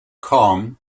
com